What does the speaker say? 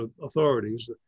authorities